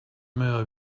meva